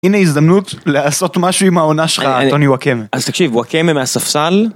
הנה הזדמנות לעשות משהו עם העונה שלך, אנטוני ווקאמן. אז תקשיב, ווקאמן מהספסל...